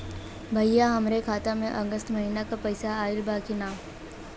भईया हमरे खाता में अगस्त महीना क पैसा आईल बा की ना?